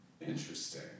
Interesting